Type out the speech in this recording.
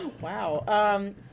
Wow